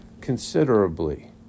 considerably